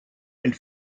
elle